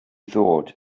ddod